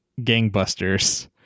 gangbusters